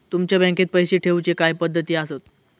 तुमच्या बँकेत पैसे ठेऊचे काय पद्धती आसत?